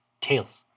Tails